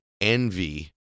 envy